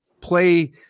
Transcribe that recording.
play